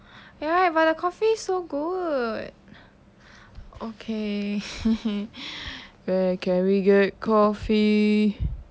right but the coffee so good okay where can we get coffee